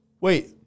Wait